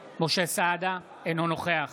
סעדה, אינו נוכח